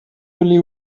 only